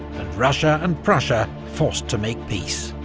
and russia and prussia forced to make peace.